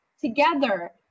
together